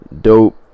Dope